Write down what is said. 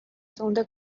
segunda